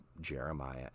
Jeremiah